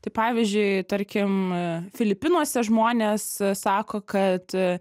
tai pavyzdžiui tarkim filipinuose žmonės sako kad